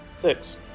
six